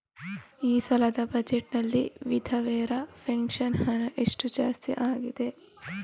ಈ ಸಲದ ಬಜೆಟ್ ನಲ್ಲಿ ವಿಧವೆರ ಪೆನ್ಷನ್ ಹಣ ಎಷ್ಟು ಜಾಸ್ತಿ ಆಗಿದೆ?